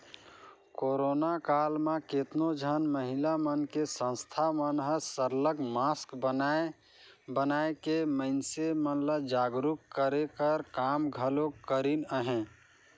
corona काल म केतनो झन महिला मन के संस्था मन हर सरलग मास्क बनाए बनाए के मइनसे मन ल जागरूक करे कर काम घलो करिन अहें